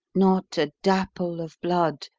not a dapple of blood,